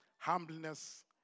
Humbleness